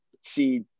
see